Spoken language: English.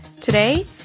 Today